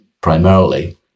primarily